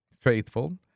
faithful